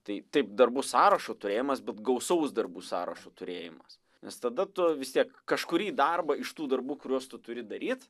tai taip darbų sąrašo turėjimas bet gausaus darbų sąrašo turėjimas nes tada tu vis tiek kažkurį darbą iš tų darbų kuriuos tu turi daryt